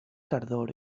tardor